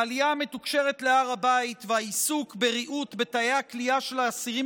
העלייה המתוקשרת להר הבית והעיסוק בריהוט בתאי הכליאה של האסירים